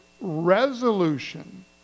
resolution